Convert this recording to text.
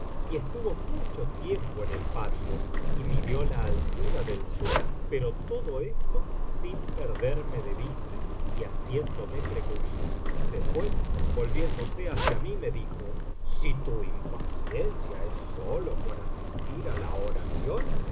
y estuvo mucho tiempo en el patio y midió la altura del sol pero todo esto sin perderme de vista y haciéndome preguntas después volviéndose hacia mí me dijo si tu impaciencia es sólo por asistir á la oración